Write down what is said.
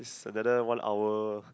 it's another one hour